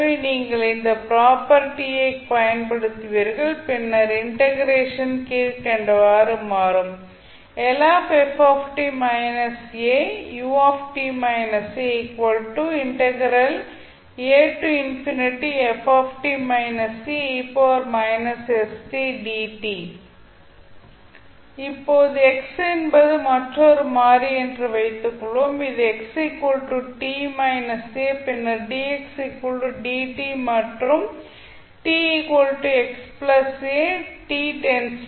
எனவே நீங்கள் இந்த ப்ராப்பர்ட்டி ஐ பயன்படுத்துவீர்கள் பின்னர் இண்டெக்ரேஷன் கீழ்கண்டவாறு மாறும் இப்போது x என்பது மற்றொரு மாறி என்று வைத்துக் கொள்வோம் இது x t − a பின்னர் dx dt மற்றும் t x a